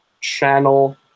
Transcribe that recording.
channel